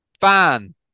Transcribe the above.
fan